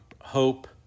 hope